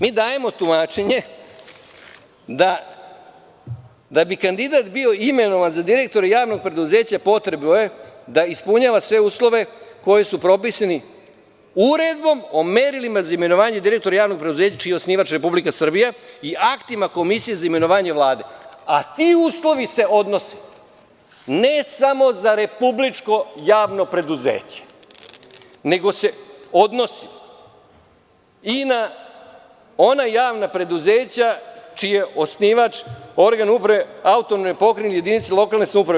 Mi dajemo tumačenje da bi kandidat bio imenovan za direktora javnog preduzeća, potrebno je da ispunjava sve uslove koji su propisani Uredbom o merilima za imenovanje direktora javnog preduzeća čiji je osnivač Republika Srbija i aktima Komisije za imenovanje Vlade, a ti uslovi se odnose ne samo za Republičko javno preduzeće, nego se odnosi i na ona javna preduzeća čiji je osnivač organ uprave AP i jedinica lokalne samouprave.